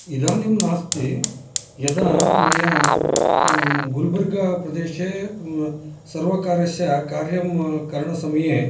इदानीं नास्ति यदा मया गुल्बर्गाप्रदेशे सर्वकारस्य कार्यं करणसमये